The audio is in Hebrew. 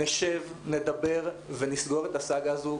נשב, נדבר ונסגור את הסאגה הזאת.